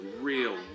real